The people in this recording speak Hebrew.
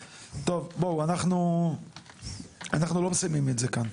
טוב, בואו, אנחנו לא מסיימים את זה כאן.